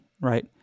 right